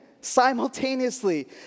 simultaneously